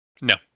No